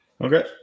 Okay